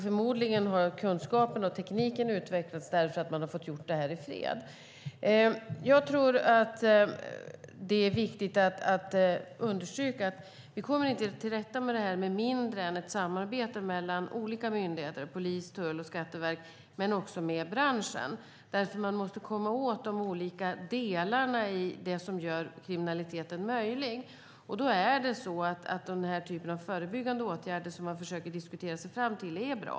Förmodligen har kunskapen och tekniken utvecklats därför att man har fått göra detta i fred. Jag tror att det är viktigt att understryka att vi inte kommer till rätta med detta med mindre än ett samarbete mellan olika myndigheter som polis, tull och Skatteverket men också med branschen. Man måste nämligen komma åt de olika delarna i det som gör kriminaliteten möjlig. Då är det så att den typ av förebyggande åtgärder man försöker diskutera sig fram till är bra.